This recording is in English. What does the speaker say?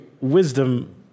wisdom